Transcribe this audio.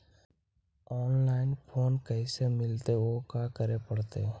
Online loan कैसे मिलतै औ का करे पड़तै?